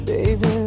Baby